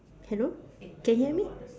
hello can hear me